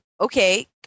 okay